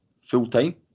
full-time